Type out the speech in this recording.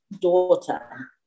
daughter